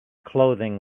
clothing